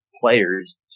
players